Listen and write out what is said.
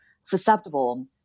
susceptible